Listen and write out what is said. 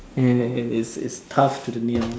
and and and its its tough to the nails